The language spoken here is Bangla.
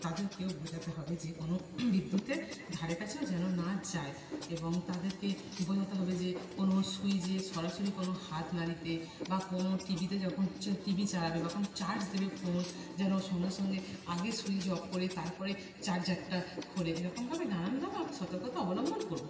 তাদেরকেও বোঝাতে হবে যে কোনো বিদ্যুতে ধারে কাছেও যেন না যায় এবং তাদেরকে বোঝাতে হবে যে কোনো সুইচে সরাসরি কোনো হাত না দিতে বা কোনো টিভিতে যখন চা টিভি চালাবে বা কোন চার্জ দেবে ফোন যেন সঙ্গে সঙ্গে আগে সুইচ অফ করে তারপরে চার্জারটা খোলে এরকমভাবে নানানভাবে আমি সতর্কতা অবলম্বন করবো